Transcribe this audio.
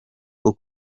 bwo